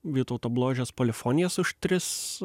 vytauto bložės polifonijas už tris